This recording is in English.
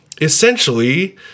essentially